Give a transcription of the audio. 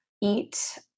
eat